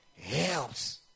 Helps